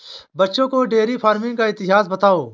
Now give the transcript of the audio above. बच्चों को dairy farming का इतिहास बताओ